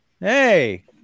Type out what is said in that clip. hey